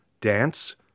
dance